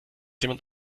jemand